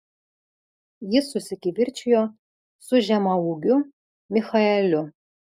jis susikivirčijo su žemaūgiu michaeliu